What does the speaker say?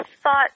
thought